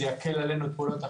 זה יקל עלינו את פעולות האכיפה.